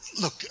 Look